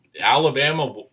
Alabama